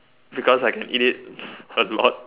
because I can eat it a lot